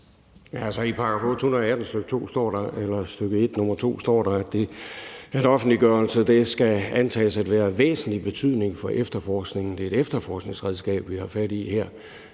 I § 818, stk. 1, nr. 2, står der, at offentliggørelse skal antages at være af væsentlig betydning for efterforskningen. Det er et efterforskningsredskab, vi har fat i her.